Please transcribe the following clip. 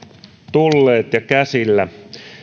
tulleet ja ovat käsillä